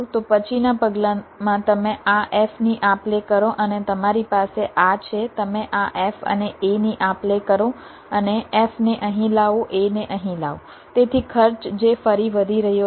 તો પછીના પગલામાં તમે આ f ની આપ લે કરો અને તમારી પાસે આ છે તમે આ f અને a ની આપ લે કરો અને f ને અહીં લાવો a ને અહીં લાવો તેથી ખર્ચ જે ફરી વધી રહ્યો છે